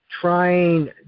trying